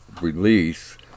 release